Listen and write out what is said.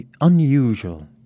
unusual